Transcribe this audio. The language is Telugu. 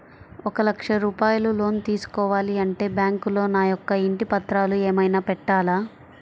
ఒక లక్ష రూపాయలు లోన్ తీసుకోవాలి అంటే బ్యాంకులో నా యొక్క ఇంటి పత్రాలు ఏమైనా పెట్టాలా?